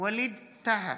ווליד טאהא,